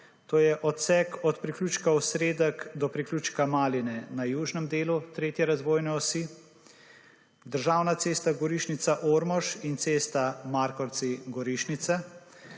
to je odsek od priključka Osredek do priključka Maline na južnem delu tretje razvojne osi, državna cesta Gorišnica – Ormož in cesta Markovci – Gorišnica